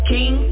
King